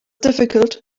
difficult